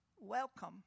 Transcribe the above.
welcome